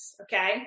okay